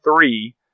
three